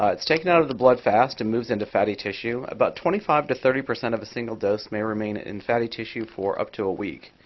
ah it's taken out of the blood fast and moves into fatty tissue. about twenty percent to thirty percent of a single dose may remain in fatty tissue for up to a week.